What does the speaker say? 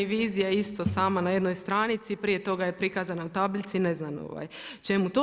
Vizija je isto sama na jednoj stranici, prije toga je prikazana u tablici, ne znam čemu to.